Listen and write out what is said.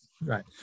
Right